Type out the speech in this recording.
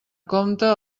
compte